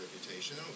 reputation